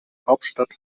hauptstadt